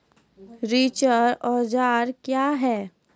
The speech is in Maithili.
रिचर औजार क्या हैं?